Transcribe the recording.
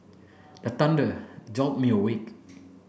the thunder jolt me awake